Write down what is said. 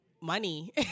money